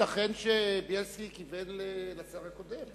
ייתכן שחבר הכנסת בילסקי כיוון לשר הקודם.